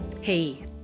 Hey